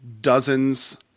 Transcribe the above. dozens